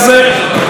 אדוני היושב-ראש,